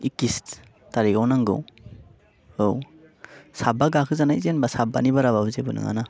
इक्किस थारिकाव नांगौ औ साबा गाखो जानाय जेनेबा साबानि बाराबाबो जेबो नङा ना